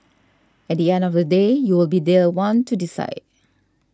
at the end of the day you will be their one to decide